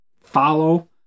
follow